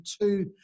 two